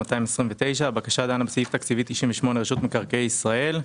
הבקשה דנה בסעיף תקציבי 98 רשות מקרקעי ישראל.